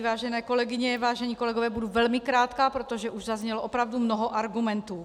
Vážené kolegyně, vážení kolegové, budu velmi krátká, protože už zaznělo mnoho argumentů.